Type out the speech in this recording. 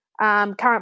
current